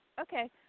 Okay